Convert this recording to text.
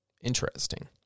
Interesting